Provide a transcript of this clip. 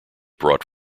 brought